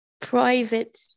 private